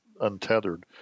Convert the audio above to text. untethered